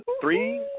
three